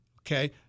Okay